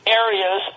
areas